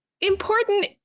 important